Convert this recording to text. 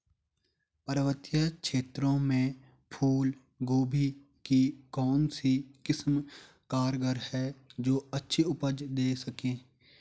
पर्वतीय क्षेत्रों में फूल गोभी की कौन सी किस्म कारगर है जो अच्छी उपज दें सके?